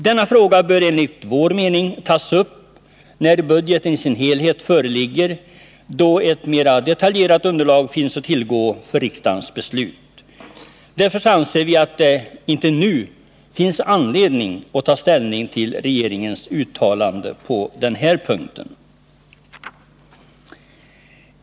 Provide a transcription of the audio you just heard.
Denna fråga bör enligt vår mening tas upp när budgeten i sin helhet föreligger, då ett mera detaljerat underlag finns att tillgå för riksdagens beslut. Därför anser vi inte att det nu finns anledning att ta ställning till regeringens uttalande på denna punkt.